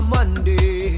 Monday